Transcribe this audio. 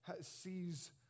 sees